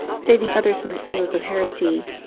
saving others from the evils of heresy,